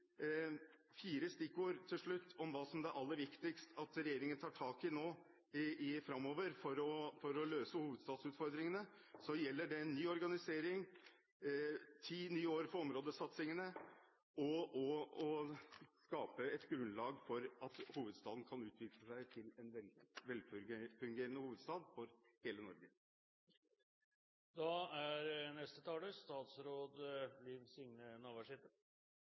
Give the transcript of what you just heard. stikkord til slutt om hva som er det aller viktigste at regjeringen nå tar tak i for å løse hovedstadsutfordringene framover, er det ny organisering, ti nye år for områdesatsingene og å skape et grunnlag for at hovedstaden kan utvikle seg til en velfungerende hovedstad for hele Norge. Eg vil takke interpellanten for at han tek opp spørsmålet om resultat og oppfølging av hovudstadsmeldinga. Ein velfungerande hovudstad er